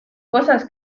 cosas